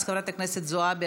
אז חברת הכנסת זועבי,